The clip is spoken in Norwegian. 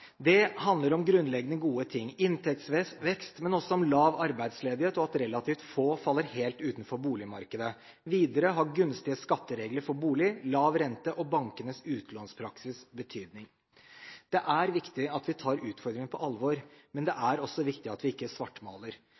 Det handler om grunnleggende gode ting som inntektsvekst, men også om lav arbeidsledighet og at relativt få faller helt utenfor boligmarkedet. Videre har gunstige skatteregler for bolig, lav rente og bankenes utlånspraksis betydning. Det er viktig at vi tar utfordringene på alvor, men det er også viktig at vi ikke svartmaler.